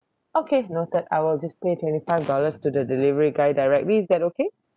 okay noted I will just pay twenty five dollars to the delivery guy directly is that okay